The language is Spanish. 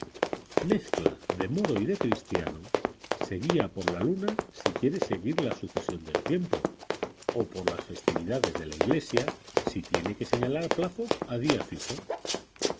mezcla de moro y de cristiano se guía por la luna si quiere seguir la sucesión del tiempo o por las festividades de la iglesia si tiene que señalar plazos a día fijo